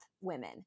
women